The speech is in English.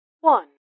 one